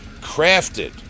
crafted